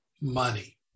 money